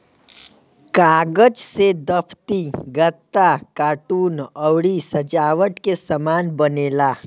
कागज से दफ्ती, गत्ता, कार्टून अउरी सजावट के सामान बनेला